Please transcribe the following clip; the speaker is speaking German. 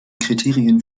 kriterien